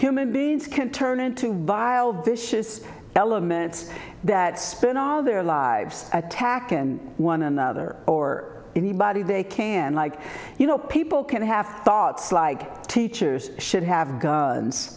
human beings can turn into vile vicious elements that spend all their lives attack in one another or anybody they can like you know people can have thoughts like teachers should have g